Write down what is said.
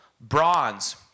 bronze